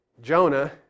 Jonah